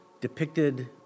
depicted